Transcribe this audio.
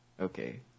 okay